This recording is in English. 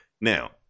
Now